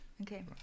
okay